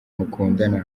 mukundana